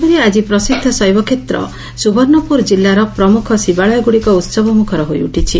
ସେହିପରି ଆଜି ପ୍ରସିଦ୍ଧ ଶୈବକ୍ଷେତ୍ର ସ୍ବବର୍ଷପୁର ଜିଲ୍ଲାର ପ୍ରମୁଖ ଶିବାଳୟଗୁଡ଼ିକ ଉସବମୁଖର ହୋଇଉଠିଛି